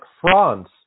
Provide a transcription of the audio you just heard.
France